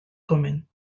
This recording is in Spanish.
comen